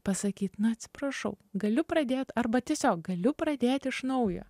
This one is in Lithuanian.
pasakyt na atsiprašau galiu pradėt arba tiesiog galiu pradėt iš naujo